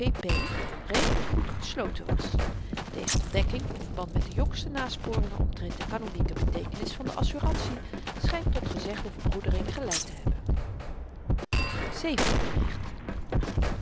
redelyk goed gesloten was deze ontdekking in verband met de jongste nasporingen omtrent de kanonieke beteekenis van de assurantie schynt tot gezegde verbroedering geleid te hebben zevende bericht